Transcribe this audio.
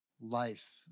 life